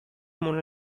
mona